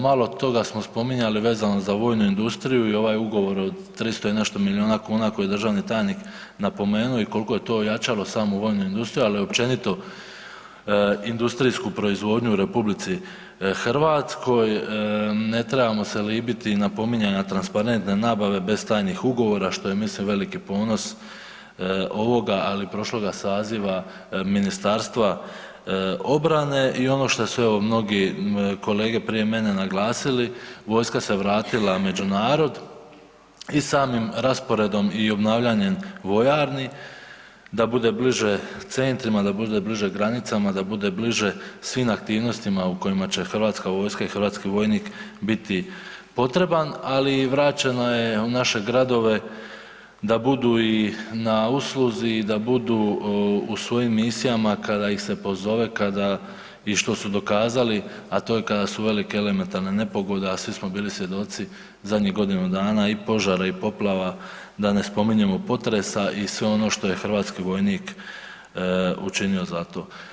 Malo toga smo spominjali vezano uz vojnu industriju i ovaj ugovor od 300 i nešto milijuna kuna koji je državni tajnik napomenuo i kol'ko je to ojačalo samu vojnu industriju, ali općenito industrijsku proizvodnju u Republici Hrvatskoj, ne trebamo se libiti napominjanja transparentne nabave bez tajnih ugovora što je mislim veliki ponos ovoga ali prošloga saziva Ministarstva obrane, i ono što su evo mnogi kolege prije mene naglasili, vojska se vratila među narod i samim rasporedom i obnavljanjem vojarni da bude bliže centrima, da bude bliže granicama, da bude bliže svim aktivnostima u kojima će Hrvatska vojska i hrvatski vojnik biti potreban, ali i vraćeno je u naše gradove da budu i na usluzi, i da budu u svojim misijama kada ih se pozove, kada i što su dokazali, a to je kada su velike elementarne nepogode, a svi smo bili svjedoci zadnjih godinu dana, i požara, i poplava, da ne spominjemo potresa, i sve ono što je hrvatski vojnik učinio za to.